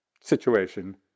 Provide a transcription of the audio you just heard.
situation